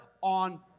on